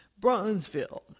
Bronzeville